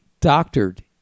doctored